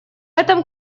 этом